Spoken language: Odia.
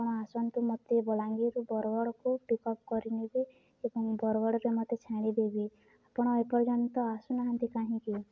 ଆପଣ ଆସନ୍ତୁ ମୋତେ ବଲାଙ୍ଗୀର୍ରୁ ବରଗଡ଼କୁ ପିକ୍ ଅପ୍ କରିନେବେ ଏବଂ ବରଗଡ଼ରେ ମୋତେ ଛାଡ଼ିଦେବେ ଆପଣ ଏପର୍ଯ୍ୟନ୍ତ ତ ଆସୁନାହାନ୍ତି କାହିଁକି